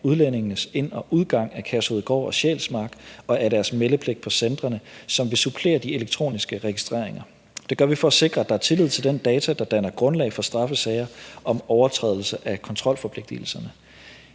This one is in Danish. udlændingenes ind- og udgang af Kærshovedgård og Sjælsmark og af deres meldepligt på centrene, som vil supplere de elektroniske registreringer. Det gør vi for at sikre, at der er tillid til den data, der danner grundlag for straffesager om overtrædelse af kontrolforpligtigelserne.